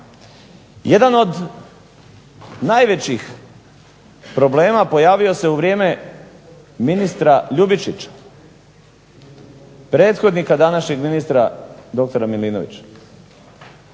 Jedan od najvećih problema pojavio se u vrijeme ministra Ljubičića, prethodnika današnjeg ministra dr. Milinovića.